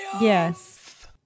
Yes